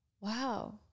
Wow